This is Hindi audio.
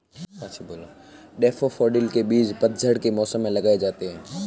डैफ़ोडिल के बीज पतझड़ के मौसम में लगाए जाते हैं